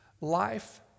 life